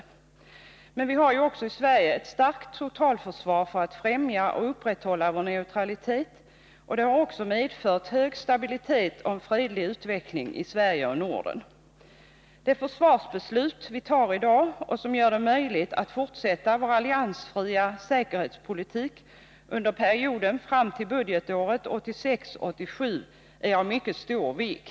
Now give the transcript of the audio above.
Vii Sverige har ju också försvarspolitiken ett starkt totalförsvar för att främja och upprätthålla vår neutralitet, och det har även medfört en god stabilitet och en fredlig utveckling i Sverige och Norden. Det försvarsbeslut vi tar i dag och som gör det möjligt för oss att fortsätta vår alliansfria säkerhetspolitik under perioden fram till budgetåret 1986/87 är av mycket stor vikt.